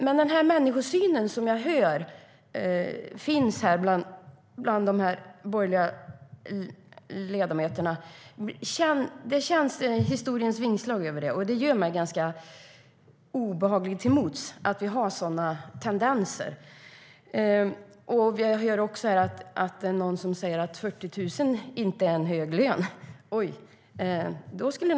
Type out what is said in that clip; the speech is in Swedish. Historiens vingslag hörs över den människosyn som finns bland de borgerliga ledamöterna, och det gör mig ganska obehaglig till mods att vi har sådana tendenser här. Jag hör också någon som säger att 40 000 kronor i månaden inte är en hög lön.